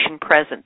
present